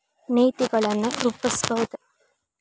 ನೇತಿಗಳನ್ ರೂಪಸ್ಬಹುದು